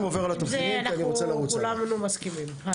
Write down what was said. על זה אנחנו כולנו מסכימים, הלאה.